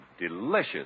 delicious